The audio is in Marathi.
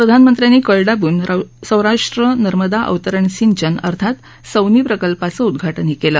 प्रधानमंत्र्यांनी कळ दावून सौराष्ट्र नर्मदा अवतरण सिंचन अर्थात सौनी प्रकल्पाचं उद्घाटनही केले